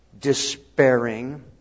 despairing